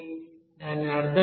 దాని అర్థం ఏమిటి